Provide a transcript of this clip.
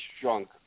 drunk